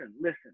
listen